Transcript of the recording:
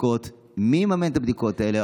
מי יממן את הבדיקות האלה?